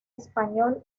español